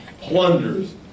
plunders